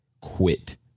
quit